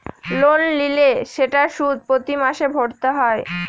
loan নিলে সেটার সুদ প্রতি মাসে ভরতে হয়